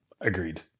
Agreed